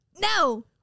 No